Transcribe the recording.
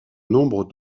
nombre